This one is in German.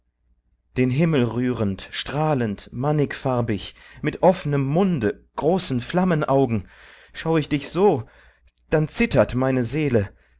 den himmel rührend strahlend mannigfarbig mit offnem munde großen flammenaugen schau ich dich so dann zittert meine seele